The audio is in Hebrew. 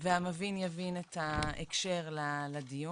// המבין יבין את ההקשר לדיון.